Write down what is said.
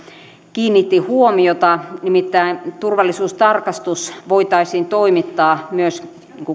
kiinnitti huomiota nimittäin siitä että turvallisuustarkastus voitaisiin toimittaa myös